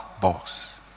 boss